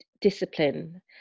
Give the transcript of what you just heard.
discipline